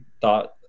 thought